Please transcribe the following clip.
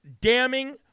damning